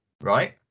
Right